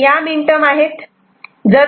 आणि या minterm आहेत